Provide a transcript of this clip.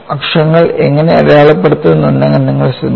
അക്ഷങ്ങൾ എങ്ങനെ അടയാളപ്പെടുത്തുന്നുവെന്ന് നിങ്ങൾ ശ്രദ്ധിക്കണം